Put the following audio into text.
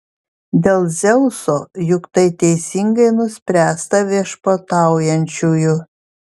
dėl dzeuso juk tai teisingai nuspręsta viešpataujančiųjų